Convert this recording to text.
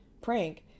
prank